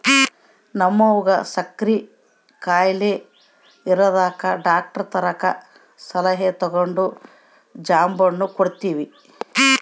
ನಮ್ವಗ ಸಕ್ಕರೆ ಖಾಯಿಲೆ ಇರದಕ ಡಾಕ್ಟರತಕ ಸಲಹೆ ತಗಂಡು ಜಾಂಬೆಣ್ಣು ಕೊಡ್ತವಿ